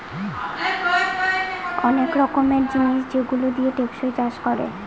অনেক রকমের জিনিস যেগুলো দিয়ে টেকসই চাষ করে